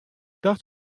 dat